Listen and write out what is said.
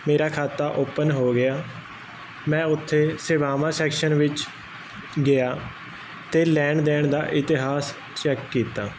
ਮੇਰਾ ਖਾਤਾ ਓਪਨ ਹੋ ਗਿਆ ਮੈਂ ਉਥੇ ਸੇਵਾਵਾਂ ਸੈਕਸ਼ਨ ਵਿੱਚ ਗਿਆ ਤੇ ਲੈਣ ਦੇਣ ਦਾ ਇਤਿਹਾਸ ਚੈੱਕ ਕੀਤਾ